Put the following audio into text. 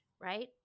right